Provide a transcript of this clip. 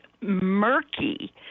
murky